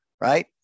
right